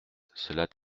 cela